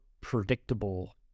predictable